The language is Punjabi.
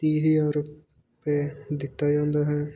ਤੀਹ ਹਜ਼ਾਰ ਰੁਪਏ ਦਿੱਤਾ ਜਾਂਦਾ ਹੈ